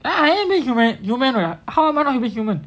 ya I am I am a human what how am I not a human